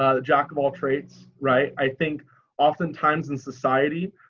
ah jack of all trades, right? i think oftentimes in society.